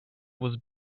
was